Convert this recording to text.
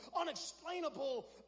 unexplainable